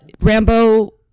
Rambo